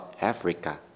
Africa